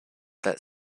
that